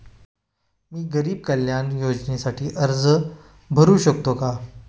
मी गरीब कल्याण योजनेसाठी अर्ज भरू शकतो का?